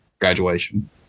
graduation